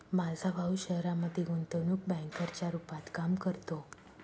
माझा भाऊ शहरामध्ये गुंतवणूक बँकर च्या रूपात काम करतो